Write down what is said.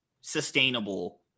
sustainable